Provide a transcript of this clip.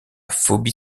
phobie